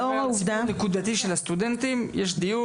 שלאור העובדה --- נקודתי של הסטודנטים, יש דיון.